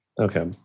Okay